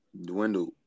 dwindled